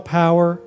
power